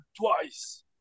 twice